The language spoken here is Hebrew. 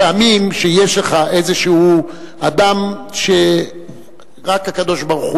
פעמים יש לך איזה אדם שרק הקדוש-ברוך-הוא